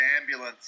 ambulance